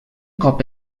cop